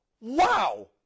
wow